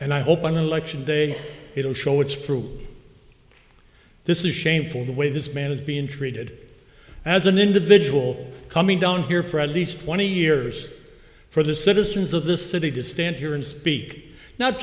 and i hope on election day it will show its fruit this is shameful the way this man is being treated as an individual coming down here for at least twenty years for the citizens of this city to stand here and speak not